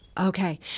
Okay